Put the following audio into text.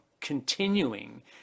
continuing